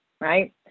right